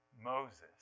Moses